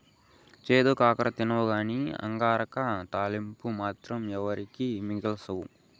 చేదు కాకర తినవుగానీ అంగాకర తాలింపు మాత్రం ఎవరికీ మిగల్సవు